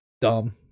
Dumb